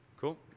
Cool